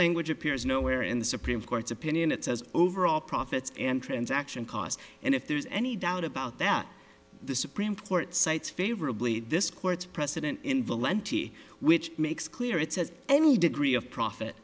language appears nowhere in the supreme court's opinion it says overall profits and transaction costs and if there's any doubt about that the supreme court cites favorably this court's precedent in valenti which makes clear it says any did three of profit